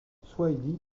swahili